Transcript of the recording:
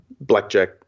blackjack